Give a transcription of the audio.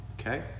okay